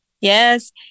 yes